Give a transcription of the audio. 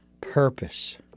purpose